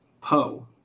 Poe